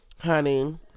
Honey